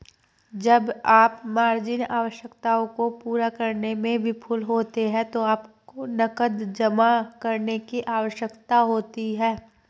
जब आप मार्जिन आवश्यकताओं को पूरा करने में विफल होते हैं तो आपको नकद जमा करने की आवश्यकता होती है